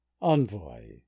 Envoy